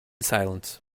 silence